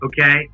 okay